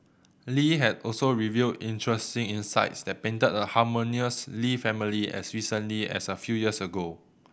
Li has also revealed interesting insights that painted a harmonious Lee family as recently as a few years ago